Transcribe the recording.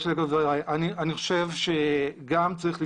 אני חושב שגם צריך לבחון,